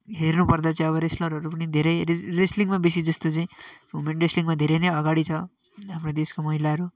हेर्नु पर्दा चाहिँ अब रेस्लरहरू पनि धेरै रेस् रेस्लिङमा बेसी जस्तो चाहिँ हुमन रेस्लिङमा धेरै नै अगाडि छ हाम्रो देशको महिलाहरू